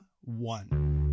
one